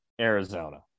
Arizona